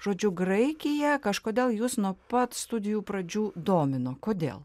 žodžiu graikija kažkodėl jūs nuo pat studijų pradžių domino kodėl